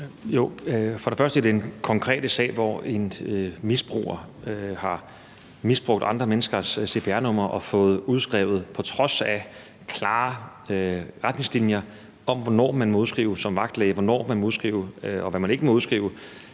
For det første: I forhold til den konkrete sag, hvor en misbruger har misbrugt andre menneskers cpr-numre og fået udskrevet noget – på trods af klare retningslinjer om, hvad man som vagtlæge må udskrive og hvad man ikke må udskrive